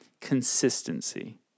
Consistency